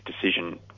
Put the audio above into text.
decision